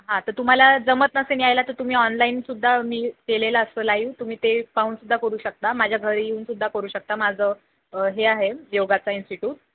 हां तर तुम्हाला जमत नसेन यायला तर तुम्ही ऑनलाईनसुद्धा मी केलेला असतो लाईव तुम्ही ते पाहून सुद्धा करू शकता माझ्या घरी येऊनसुद्धा करू शकता माझं हे आहे योगाचा इन्स्टिट्यूट